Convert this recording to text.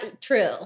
True